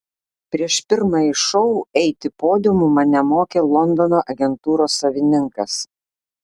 prieš pirmąjį šou eiti podiumu mane mokė londono agentūros savininkas